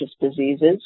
diseases